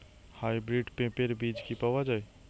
Hybrid পেঁপের বীজ কি পাওয়া যায়?